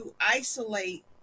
isolate